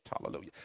Hallelujah